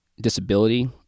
disability